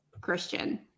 Christian